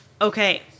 okay